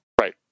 Right